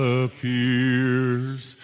appears